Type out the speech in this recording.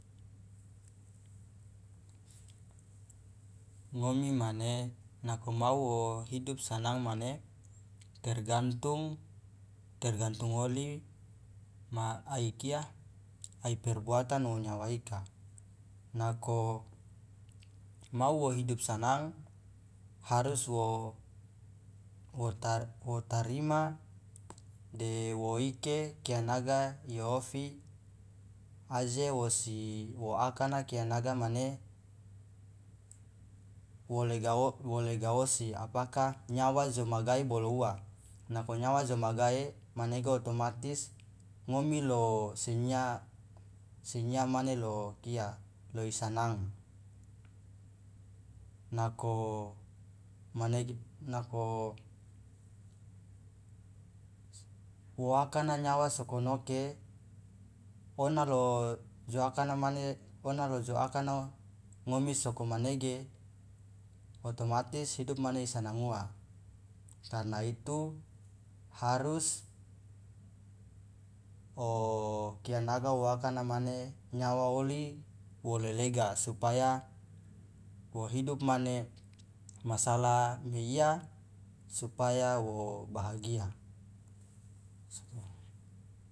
ngomi mane nako mao wo hidup sanang mane tergantung tergantung oli ma ai kia ai perbuatan o nyawa ika nako mau wo hidup sanang harus wo wo tarima de wo ike kianaga iofi aje wosi wo akana kianaga mane wo lega osi apaka nyawa jo magae bolo uwa nako nyawa jo magae manege otomatis ngomi lo singia singia mane lo kia lo isanang nako wo akana nyawa sokonoke ona lo jo akana mane ona lo jo akana mane ngomi sokomanege otomatis hidup mane isanang uwa karna itu harus okia naga wo akana mane nyawa oli wo lelega supaya wo hidu mane masalah meiya supaya wo bahagia.